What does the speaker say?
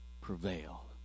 prevail